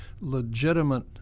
legitimate